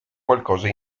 qualcosa